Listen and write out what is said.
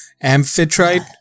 amphitrite